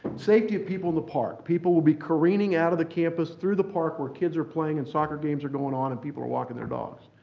safety of people in the park. people will be careening out of the campus through the park where kids are playing and soccer games are going on and people are walking their dogs.